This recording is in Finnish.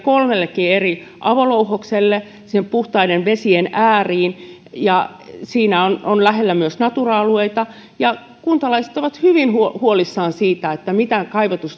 kolmellekin eri avolouhokselle sinne puhtaiden vesien äärelle ja siinä on on lähellä myös natura alueita ja kuntalaiset ovat hyvin huolissaan siitä mitä